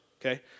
okay